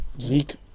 Zeke